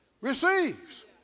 receives